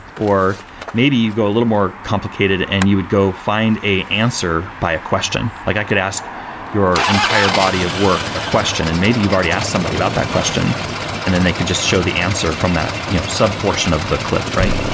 or maybe you go a little more complicated and you would go find a answer by a question. like i could ask your entire body of work a question and maybe you've already asked somebody about that question and then they could just show the answer from that sub portion of the clip, right?